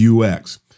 UX